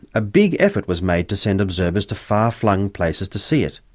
a big effort was made to send observers to far-flung places to see it,